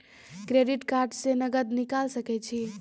Credit card से नगद निकाल सके छी?